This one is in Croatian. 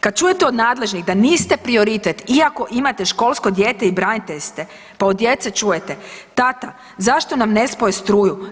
Kad čujete od nadležnih da niste prioritet iako imate školsko dijete i branitelj ste, pa od djece čujete „tata zašto nam ne spoje struju?